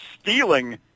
stealing